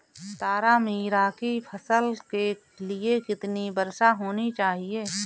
तारामीरा की फसल के लिए कितनी वर्षा होनी चाहिए?